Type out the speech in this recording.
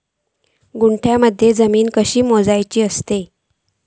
गुंठयामध्ये जमीन कशी मोजूची असता?